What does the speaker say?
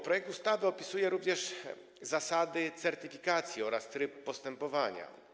Projekt ustawy opisuje również zasady certyfikacji oraz tryb postępowania.